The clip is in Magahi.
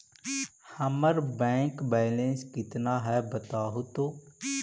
हमर बैक बैलेंस केतना है बताहु तो?